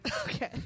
Okay